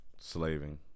slaving